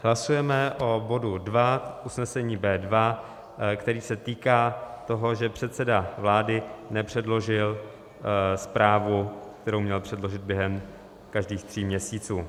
Hlasujeme o bodu 2, usnesení B2, který se týká toho, že předseda vlády nepředložil zprávu, kterou měl předložit během každých tří měsíců.